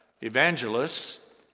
evangelists